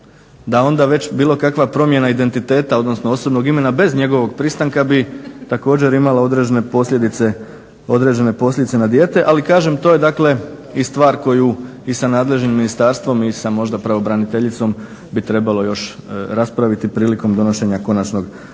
da onda već bilo kakva promjena identiteta odnosno osobnog imena bez njegovog pristanka bi također imala određene posljedice na dijete. Ali kažem to je i stvar koju i sa nadležnim ministarstvom i možda sa pravobraniteljicom bi trebalo još raspraviti prilikom donošenja konačnog prijedloga